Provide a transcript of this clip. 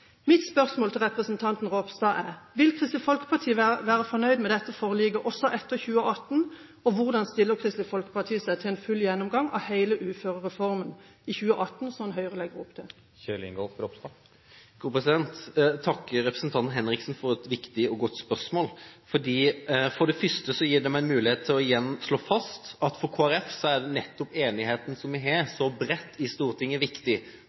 Mitt spørsmål til representanten Ropstad er: Vil Kristelig Folkeparti være fornøyd med dette forliket også etter 2018? Hvordan stiller Kristelig Folkeparti seg til en full gjennomgang av hele uførereformen i 2018, slik Høyre legger opp til? Jeg takker representanten Henriksen for et viktig og godt spørsmål. Det gir meg for det første en mulighet til igjen å slå fast at for Kristelig Folkeparti er nettopp den brede enigheten i Stortinget viktig,